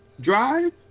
drive